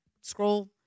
scroll